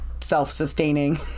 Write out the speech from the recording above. self-sustaining